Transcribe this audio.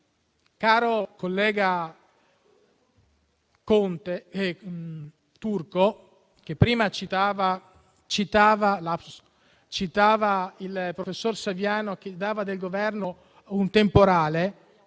caro collega Turco che prima citava il professor Saviano che parlava del Governo come di un temporale